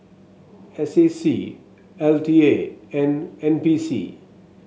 S A C L T A and N P C